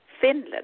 Finland